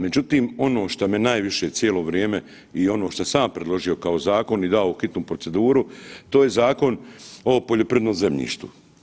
Međutim, ono šta me najviše cijelo vrijeme i ono šta sam ja predložio kao zakon i dao u hitnu proceduru, to je Zakon o poljoprivrednom zemljištu.